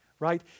right